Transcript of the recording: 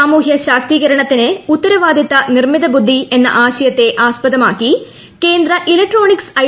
സാമൂഹ്യ ശാക്തീകരണത്തിന് ഉത്തരവാദിത്ത നിർമിത ബുദ്ധി എന്ന ആശയത്തെ ആസ്പദമാക്കി കേന്ദ്ര ഇലക്ട്രോണിക്സ് ഐ